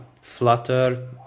flutter